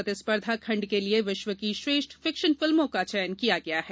प्रतिस्पर्दधा खंड के लिए विश्व की श्रेष्ठ फिक्शन फिल्मों का चयन किया गया है